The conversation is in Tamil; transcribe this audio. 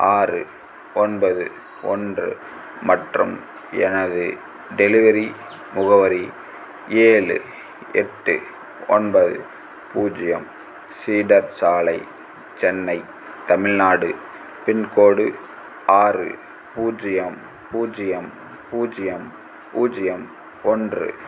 ஆறு ஒன்பது ஒன்று மற்றும் எனது டெலிவரி முகவரி ஏழு எட்டு ஒன்பது பூஜ்ஜியம் சீடர் சாலை சென்னை தமிழ்நாடு பின்கோடு ஆறு பூஜ்ஜியம் பூஜ்ஜியம் பூஜ்ஜியம் பூஜ்ஜியம் ஒன்று